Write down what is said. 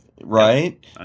Right